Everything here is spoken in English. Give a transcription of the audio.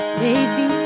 baby